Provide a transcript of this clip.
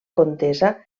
contesa